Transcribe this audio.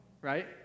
right